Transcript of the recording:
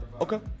Okay